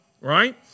right